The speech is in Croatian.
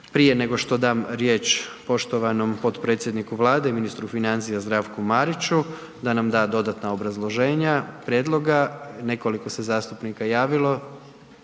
Prije nego što dam riječ poštovanom potpredsjedniku Vlade i ministru financija, Zdravku Mariću, da nam da dodatna obrazloženja prijedloga, nekoliko se zastupnika javilo,